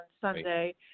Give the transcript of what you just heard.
Sunday